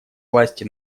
власти